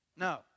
No